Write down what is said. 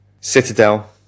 citadel